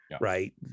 right